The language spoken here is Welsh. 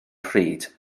pryd